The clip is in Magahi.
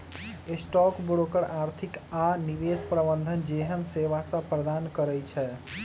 स्टॉक ब्रोकर आर्थिक आऽ निवेश प्रबंधन जेहन सेवासभ प्रदान करई छै